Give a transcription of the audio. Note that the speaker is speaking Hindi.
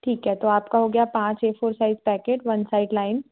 ठीक है तो आपका हो गया पाँच A four size packet one side line